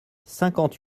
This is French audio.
cinquante